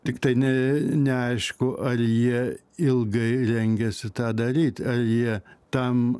tiktai ne neaišku ar jie ilgai rengiasi tą daryt ar jie tam